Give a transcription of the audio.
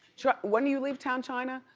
when do you leave town chyna?